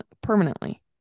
permanently